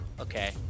okay